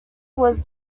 was